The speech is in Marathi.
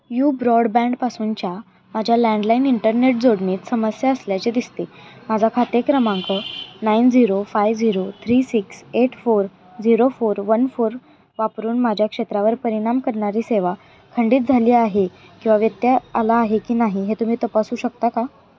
यू ब्रॉडबँडपासूनच्या माझ्या लँडलाईन इंटरनेट जोडणीत समस्या असल्याचे दिसते माझा खाते क्रमांक nine zero five zero three six eight four zero four one four वापरून माझ्या क्षेत्रावर परिणाम करणारी सेवा खंडित झाली आहे किंवा व्यत्यय आला आहे की नाही हे तुम्ही तपासू शकता का